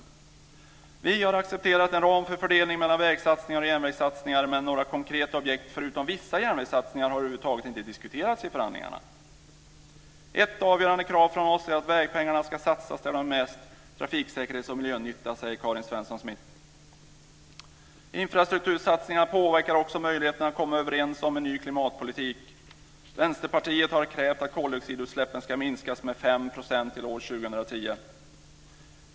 Det sägs vidare: Vi har accepterat en ram för fördelning mellan vägsatsningar och järnvägssatsningar, men några konkreta objekt förutom vissa järnvägssatsningar har överhuvudtaget inte diskuterats i förhandlingarna. Ett avgörande krav från oss är att vägpengarna ska satsas där de gör mest trafiksäkerhets och miljönytta, säger Karin Svensson Smith. Infrastruktursatsningarna påverkar också möjligheten att komma överens om en ny klimatpolitik. Vänsterpartiet har krävt att koldioxidutsläppen ska minska med 5 % till år 2010.